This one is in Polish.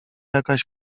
jakaś